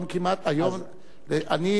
כל הדברים שאתה מדבר בהם,